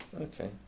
Okay